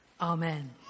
Amen